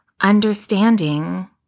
understanding